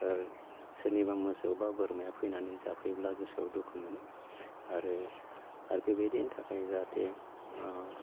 ओ सोरनिबा मोसौ बा बोरमाया फैनानै जाफैब्ला गोसोआव दुखु मोनो आरो आर बेबायदिनि थाखाय जाहाथे ओ